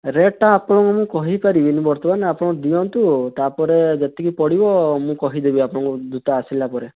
ରେଟଟା ଆପଣଙ୍କୁ ମୁଁ କହି ପାରିବିନି ବର୍ତ୍ତମାନ ଆପଣ ଦିଅନ୍ତୁ ତା'ପରେ ଯେତିକି ପଡ଼ିବ ମୁଁ କହିଦେବି ଆପଣଙ୍କୁ ଜୋତା ଆସିଲା ପରେ